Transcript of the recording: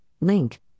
link